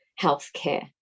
healthcare